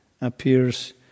appears